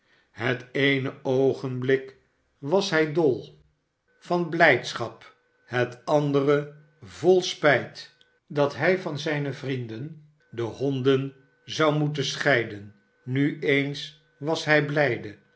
het eene oogenblik was hij dol van blijdschap het andere vol spijt dat hij van zijne vnenden de honden zou moeten scheiden nu eens was hij blijde